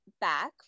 back